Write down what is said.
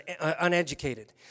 uneducated